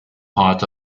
part